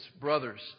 brothers